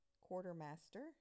Quartermaster